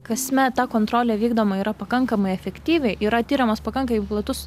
kasmet ta kontrolė vykdoma yra pakankamai efektyviai yra tiriamas pakankamai platus